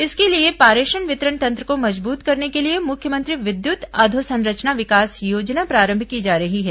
इसके लिए पारेषण वितरण तंत्र को मजबूत करने के लिए मुख्यमंत्री विद्युत अधोसंरचना विकास योजना प्रारंभ की जा रही है